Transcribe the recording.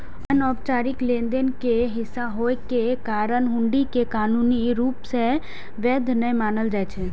अनौपचारिक लेनदेन के हिस्सा होइ के कारण हुंडी कें कानूनी रूप सं वैध नै मानल जाइ छै